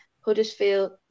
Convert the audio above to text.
Huddersfield